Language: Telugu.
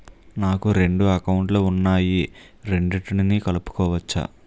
నాకు రెండు అకౌంట్ లు ఉన్నాయి రెండిటినీ కలుపుకోవచ్చా?